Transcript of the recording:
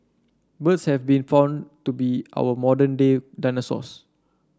birds have been found to be our modern day dinosaurs